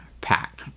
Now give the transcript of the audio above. Pack